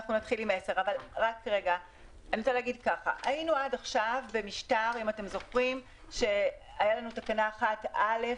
היינו עד עכשיו במשטר שהייתה תקנה 1(א)